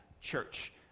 church